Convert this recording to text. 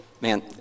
Man